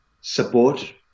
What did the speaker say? support